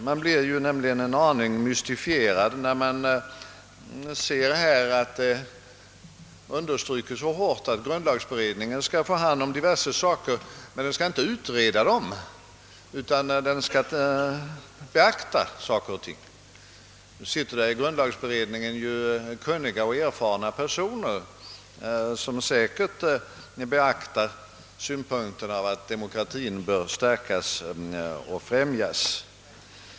Man blir ju en aning mystifierad när man ser att det så kraftigt understryks att man till grundlagberedningen skall överlämna vissa frågor, som den emellertid inte skall utreda utan »beakta». Nu sitter det ju i grundlagberedningen kunniga och erfarna personer som säkert beaktar synpunkten att demokratien bör stärkas och främjas.